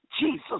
Jesus